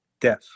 death